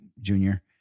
Junior